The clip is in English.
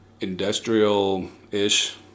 industrial-ish